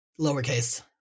Lowercase